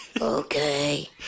Okay